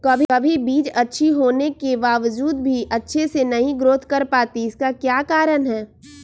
कभी बीज अच्छी होने के बावजूद भी अच्छे से नहीं ग्रोथ कर पाती इसका क्या कारण है?